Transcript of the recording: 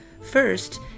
First